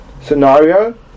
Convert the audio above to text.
Scenario